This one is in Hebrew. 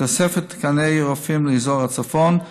תוספת תקני רופאים לאזור הצפון,